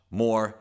more